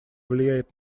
влияет